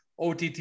OTT